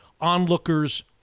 onlookers